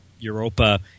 Europa